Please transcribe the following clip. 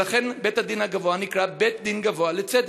ולכן בית-הדין הגבוה נקרא בית-דין גבוה לצדק.